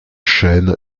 chaîne